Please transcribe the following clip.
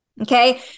okay